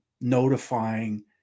notifying